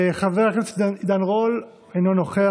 חבר הכנסת עידן רול, אינו נוכח.